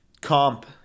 Comp